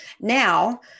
now